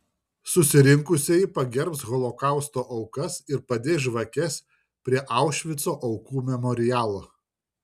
susirinkusieji pagerbs holokausto aukas ir padės žvakes prie aušvico aukų memorialo